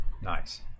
nice